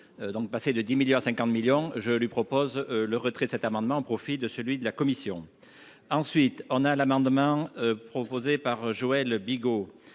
donc passer de 10 milliards 50 millions je lui propose le retrait de cet amendement au profit de celui de la commission, ensuite, on a l'amendement proposé par Joël Le Bigot